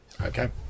Okay